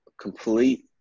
complete